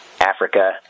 Africa